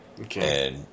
Okay